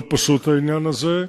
לא פשוט העניין הזה.